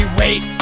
wait